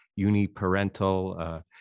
uniparental